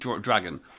dragon